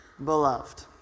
Beloved